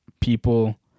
people